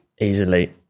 Easily